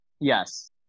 Yes